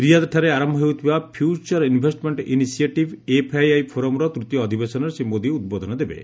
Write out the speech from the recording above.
ରଆଦ୍ଠାରେ ଆରମ୍ଭ ହେଉଥିବା future investment initiative FII ଫୋରମ୍ର ତୃତୀୟ ଅଧିବେଶନରେ ଶ୍ରୀ ମୋଦି ଉଦ୍ବୋଧନ ଦେବେ